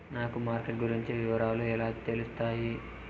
నాకు మార్కెట్ గురించి వివరాలు ఎలా తెలుస్తాయి?